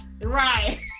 Right